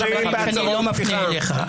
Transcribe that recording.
יש דברים שאני לא מפנה אליך.